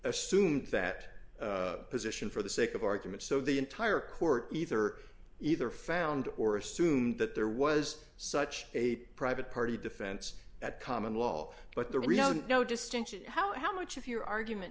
assumed that position for the sake of argument so the entire court either either found or assumed that there was such a private party defense that common law but the reality no distinction how much of your argument